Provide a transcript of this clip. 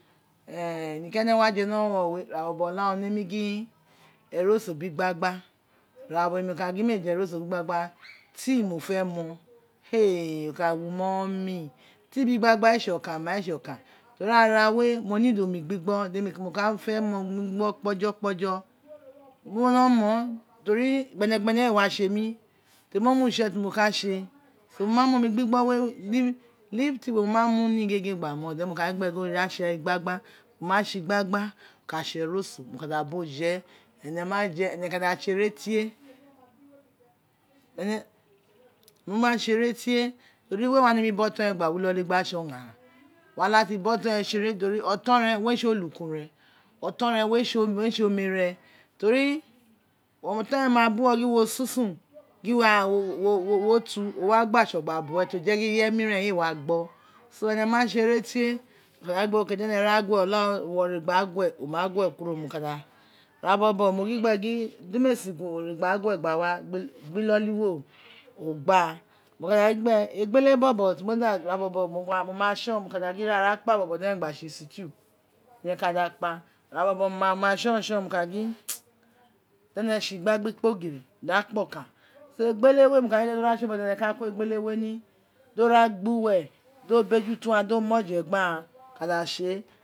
Nito ene wa je ni onuro wuro we ira bobo olara ro nemi gino eroso biri igbagba ira bobo mo ka gin mee je eroso biri igbagba tea mo fe mon e o ka wu mumny tea biri gbagbe ee tse okrin mai ee tse ikun teri ara we mo need omo gbigbi mo ka fe mon omi gbi gbo kpojokpojo bri mo no mon teri gbene gbene ee wa tse mi teri mo ma utse temi ka tse so mo ma mon ore gbogbo we liptuo we mo ma muni gege gba mon the then mo ki gin ghe gin do ra toe igbangja o ma tse igbagna o ka tse eroon mo tra da wo je ene ma je ene ma je ene tada twenw tei nene tsere tie keri wei wa nemi be oton re gba wi iloli gba wino tse oghan ra wa lati bo tore tse oghanaran wa lati bo tuo wa lati botso re tsere teri oton re re tsi olakun re ofon oton re re tsi olakun re ofon re re tse omere re teri oton re ma buwo gin wo re gha ra gwe wo ma gwe kuro mo ka da ina bobo di di me si gun re gba a gwe gba wa gba loli we o gba mo ka da gi gbe egbele bobo ti mo da ura bobo mo ma tsuo mo ka da gin gbr re ra kpa bobo dene gba iste ene ka da kpa in bobo mo ma tson tson mo ka da gin dene tse igbagba ikpegirri re a kp okin so egbele we mo ks gin gbe do a tson ubo tene ka ko egbele we ni do ra gba uwere do bejin to aghan di mu oje gbe aghan to ka tse